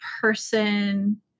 person